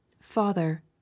father